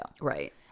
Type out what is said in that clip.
right